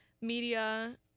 media